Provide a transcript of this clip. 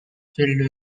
filled